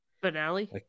finale